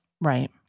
Right